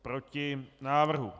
Proti návrhu.